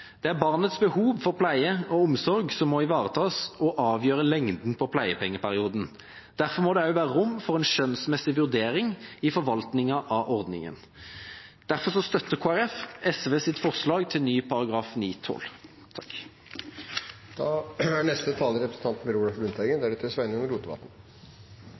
Det er barnets behov for pleie og omsorg som må ivaretas og avgjøre lengden på pleiepengeperioden. Derfor må det også være rom for en skjønnsmessig vurdering i forvaltningen av ordningen. Derfor støtter Kristelig Folkeparti SVs forslag til ny